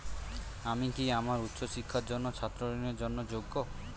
আমি কি আমার উচ্চ শিক্ষার জন্য ছাত্র ঋণের জন্য যোগ্য?